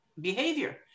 behavior